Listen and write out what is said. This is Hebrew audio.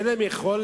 אין להם יכולת